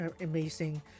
amazing